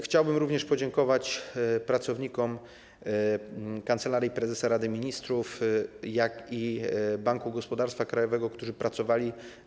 Chciałbym również podziękować pracownikom Kancelarii Prezesa Rady Ministrów i Banku Gospodarstwa Krajowego, którzy z nami pracowali.